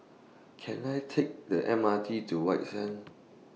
Can I Take The M R T to White Sands